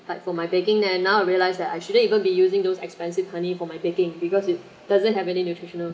but for my baking then now I realise that I shouldn't even be using those expensive honey for my baking because it doesn't have any nutritional